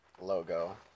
logo